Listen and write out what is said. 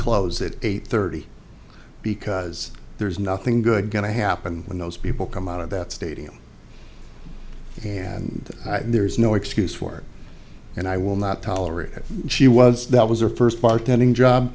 close it eight thirty because there's nothing good going to happen when those people come out of that stadium and there is no excuse for and i will not tolerate that she was that was her first bartending job